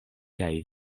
kaj